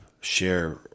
share